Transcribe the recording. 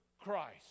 Christ